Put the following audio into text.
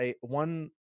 one